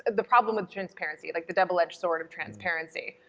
the problem with transparency, like the double edged sword of transparency.